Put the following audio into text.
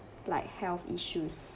like health issues